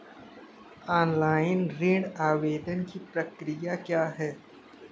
Online ऋण आवेदन की प्रक्रिया क्या है?